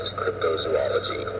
cryptozoology